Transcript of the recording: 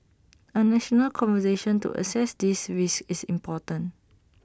A national conversation to assess these risks is important